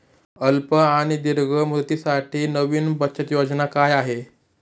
अल्प आणि दीर्घ मुदतीसाठी नवी बचत योजना काय आहे?